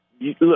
look